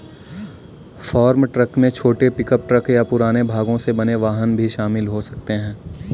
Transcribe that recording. farm truck में छोटे pickup truck या पुराने भागों से बने वाहन भी शामिल हो सकते हैं